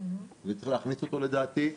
כך שיתאימו לסטנדרטים הבין-לאומיים.